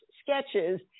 sketches